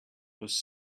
was